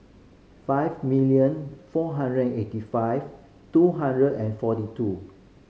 five million four hundred eighty five two hundred and forty two